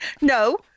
No